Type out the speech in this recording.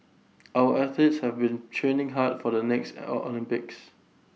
our athletes have been training hard for the next Olympics